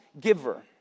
giver